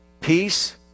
peace